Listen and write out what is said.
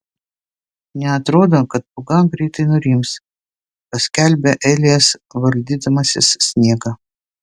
neatrodo kad pūga greitai nurims paskelbia elijas valdydamasis sniegą